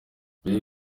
mbere